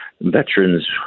veterans